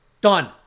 done